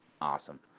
awesome